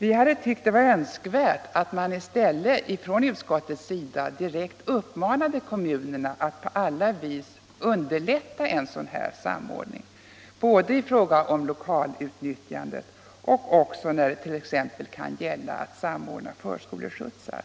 Vi hade tyckt att det vore önskvärt att utskottet i stället direkt hade uppmanat kommunerna att på alla vis underlätta en sådan här samordning, både i fråga om lokalutnyttjande och när det gäller förskoleskjutsar.